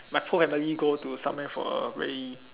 my whole family go to somewhere for a very